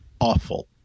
awful